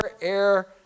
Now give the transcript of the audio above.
Air